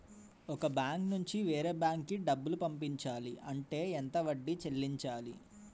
ఒక బ్యాంక్ నుంచి వేరే బ్యాంక్ కి డబ్బులు పంపించాలి అంటే ఎంత వడ్డీ చెల్లించాలి?